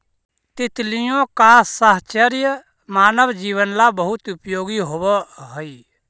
तितलियों का साहचर्य मानव जीवन ला बहुत उपयोगी होवअ हई